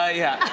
ah yeah.